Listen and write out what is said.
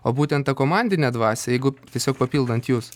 o būtent tą komandinę dvasią jeigu tiesiog papildant jus